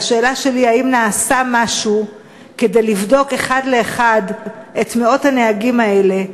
והשאלה שלי: האם נעשה משהו כדי לבדוק אחד לאחד את מאות הנהגים האלה,